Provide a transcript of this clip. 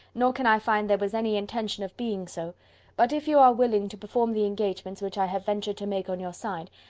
nor can i find there was any intention of being so but if you are willing to perform the engagements which i have ventured to make on your side,